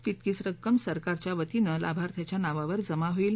तितकीच रक्कम सरकारच्या वतीनं लाभार्थ्याच्या नावावर जमा होईल